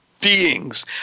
beings